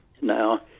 now